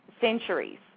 centuries